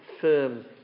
firm